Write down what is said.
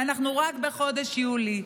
ואנחנו רק בחודש יולי.